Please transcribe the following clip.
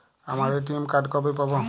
আমার ATM card কবে পাব?